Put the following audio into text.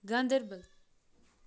Ganderbal